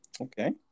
Okay